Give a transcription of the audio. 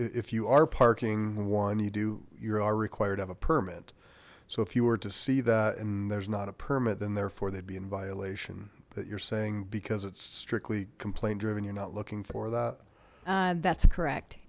if you are parking one you do your are required to have a permit so if you were to see that and there's not a permit then therefore they'd be in violation that you're saying because it's strictly complaint driven you're not looking for that that's correct